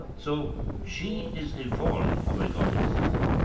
so she is a form of a goddess,